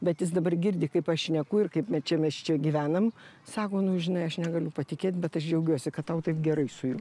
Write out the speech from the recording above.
bet jis dabar girdi kaip aš šneku ir kaip me čia mes čia gyvenam sako nu žinai aš negaliu patikėt bet aš džiaugiuosi kad tau taip gerai su juo